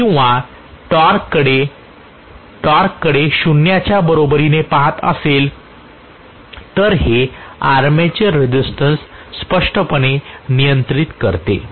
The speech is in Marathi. किंवा टॉर्ककडे शून्याच्या बरोबरीने पहात असेल तर हे आर्मेचर रेझिस्टन्स स्पष्टपणे नियंत्रित करते